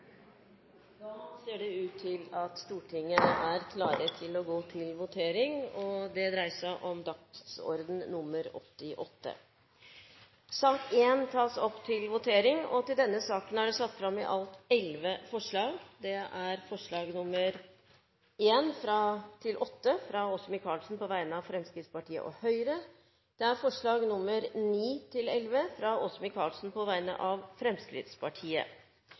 Da er Stortinget klar til å gå til votering over sakene på dagens kart, nr. 88. Under debatten er det satt fram elleve forslag. Det er forslagene nr. 1–8, fra Åse Michaelsen på vegne av Fremskrittspartiet og Høyre forslagene nr. 9–11, fra Åse Michaelsen på vegne av Fremskrittspartiet